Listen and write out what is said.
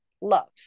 love